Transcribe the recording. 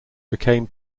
became